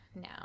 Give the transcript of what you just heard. now